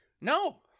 No